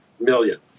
million